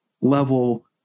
level